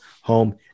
home